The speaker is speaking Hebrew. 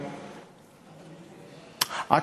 אה,